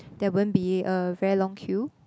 there won't be a very long queue